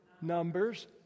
Numbers